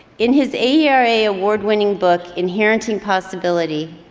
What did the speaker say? in his aera award-winning book, inheriting possibility,